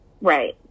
Right